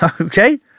okay